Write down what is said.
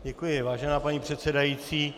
Děkuji, vážená paní předsedající.